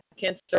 cancer